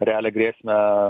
realią grėsmę